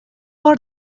بار